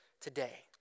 today